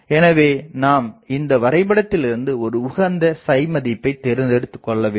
எனவே நாம் இந்த வரைபடத்திலிருந்து ஒரு உகந்த மதிப்பை தேர்ந்தெடுத்துகொள்ள வேண்டும்